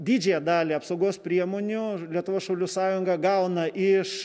didžiąją dalį apsaugos priemonių lietuvos šaulių sąjunga gauna iš